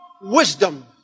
wisdom